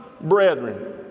brethren